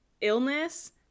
illness